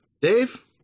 Dave